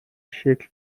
شکل